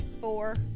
four